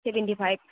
seventy five